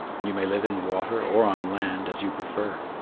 and you may live in water or on land as you prefer.